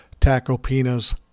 Tacopina's